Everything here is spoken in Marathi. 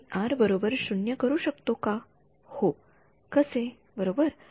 मी R0 करू शकतो का हो कसे बरोबर